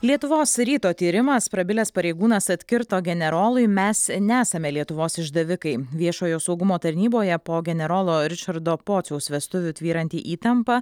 lietuvos ryto tyrimas prabilęs pareigūnas atkirto generolui mes nesame lietuvos išdavikai viešojo saugumo tarnyboje po generolo ričardo pociaus vestuvių tvyranti įtampa